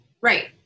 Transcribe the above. right